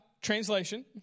Translation